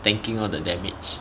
tanking all the damage